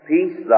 Peace